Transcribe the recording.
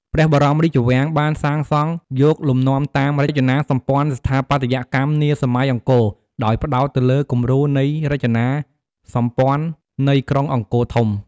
ព្រះបរមរាជវាំងបានសាងសង់យកលំនាំតាម រចនាសម្ព័ន្ធស្ថាបត្យកម្មនាសម័យអង្គរ ដោយផ្ដោតទៅលើគំរូនៃរចនាសម្ព័ន្ធ នៃក្រុងអង្គរធំ។